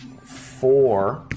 Four